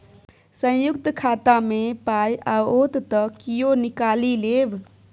संयुक्त खाता मे पाय आओत त कियो निकालि लेब